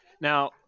Now